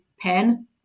pen